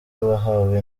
wahawe